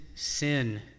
Sin